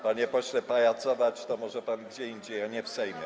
Panie pośle, pajacować to może pan gdzie indziej, a nie w Sejmie.